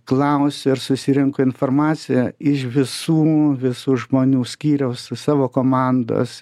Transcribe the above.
klausiu ir susirenku informaciją iš visų visų žmonių skyriaus su savo komandos